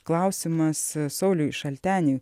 klausimas sauliui šalteniui